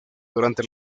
durante